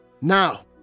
Now